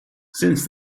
since